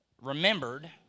remembered